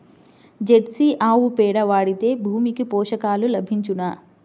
Jersey ఆవు పేడ వాడితే భూమికి పోషకాలు లభించునా?